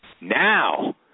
now